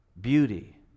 beauty